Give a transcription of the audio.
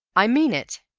i mean it.